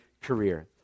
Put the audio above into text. career